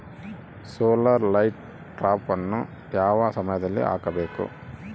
Solar light ಟ್ರಾಪನ್ನು ಯಾವ ಸಮಯದಲ್ಲಿ ಹಾಕಬೇಕು?